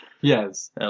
Yes